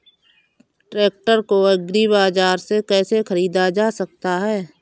Tractor को agri बाजार से कैसे ख़रीदा जा सकता हैं?